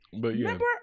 remember